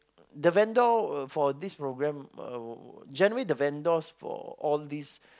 the vendor uh for this programme uh generally the vendors for all these